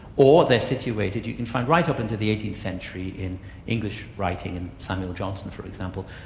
or they're situated, you can find, right up into the eighteenth century in english writing, samuel johnson for example,